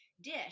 dish